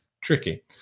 tricky